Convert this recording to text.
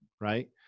right